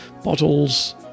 bottles